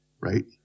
Right